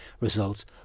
results